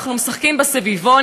אנחנו משחקים בסביבון,